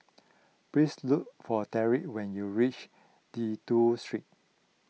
please look for Derick when you reach Dido Street